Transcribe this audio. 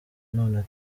none